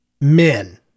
men